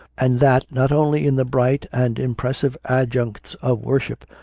and that, not only in the bright and impressive adjuncts of worship,